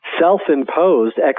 self-imposed